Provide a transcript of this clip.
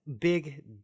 Big